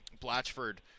Blatchford